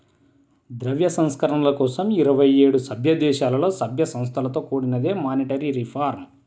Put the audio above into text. ద్రవ్య సంస్కరణల కోసం ఇరవై ఏడు సభ్యదేశాలలో, సభ్య సంస్థలతో కూడినదే మానిటరీ రిఫార్మ్